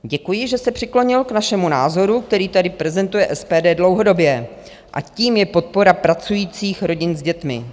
Děkuji, že se přiklonil k vašemu názoru, který tady prezentuje SPD dlouhodobě, a tím je podpora pracujících rodin s dětmi.